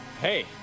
hey